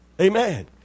Amen